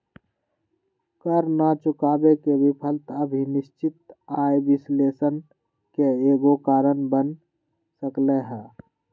कर न चुकावे के विफलता भी निश्चित आय विश्लेषण के एगो कारण बन सकलई ह